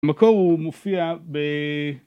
במקור הוא מופיע ב...